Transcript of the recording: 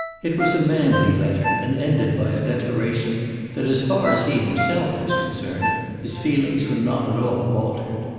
it was a manly letter and ended by a declaration that as far as he himself was concerned his feelings were not at all altered.